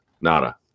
Nada